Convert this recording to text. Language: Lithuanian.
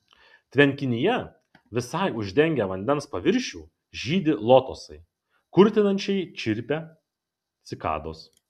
tvenkinyje visai uždengę vandens paviršių žydi lotosai kurtinančiai čirpia cikados